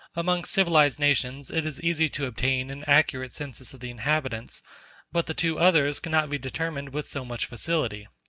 amongst civilized nations it is easy to obtain an accurate census of the inhabitants but the two others cannot be determined with so much facility.